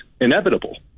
inevitable